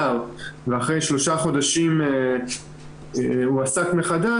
פוטר ואחרי שלושה חודשים הועסק מחדש,